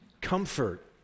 Comfort